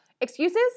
Excuses